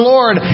Lord